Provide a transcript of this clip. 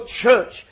church